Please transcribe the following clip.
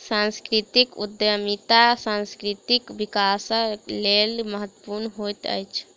सांस्कृतिक उद्यमिता सांस्कृतिक विकासक लेल महत्वपूर्ण होइत अछि